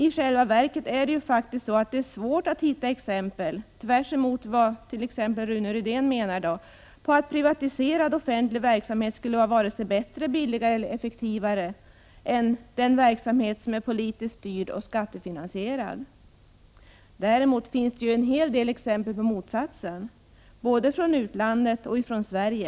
I själva verket är det, tvärtemot vad t.ex. Rune Rydén menar, svårt att hitta exempel på att privat verksamhet skulle vara vare sig bättre, billigare eller effektivare än den verksamhet som är politiskt styrd och skattefinansierad. Däremot finns en hel del exempel på motsatsen, både i utlandet och i Sverige.